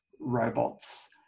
robots